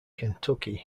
kentucky